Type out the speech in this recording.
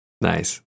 nice